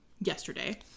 yesterday